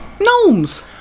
gnomes